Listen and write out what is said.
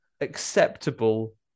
acceptable